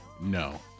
No